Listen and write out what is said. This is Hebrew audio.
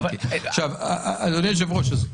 אדוני היושב-ראש,